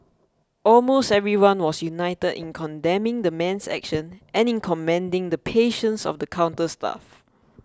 almost everyone was united in condemning the man's actions and in commending the patience of the counter staff